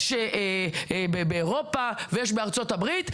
יש באירופה ויש בארצות הברית,